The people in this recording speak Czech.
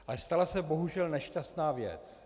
Ale stala se bohužel nešťastná věc.